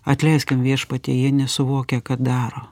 atleisk jiem viešpatie jie nesuvokia ką daro